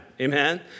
Amen